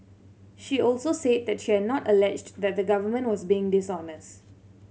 she also said that she had not alleged that the Government was being dishonest